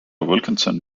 wilkinson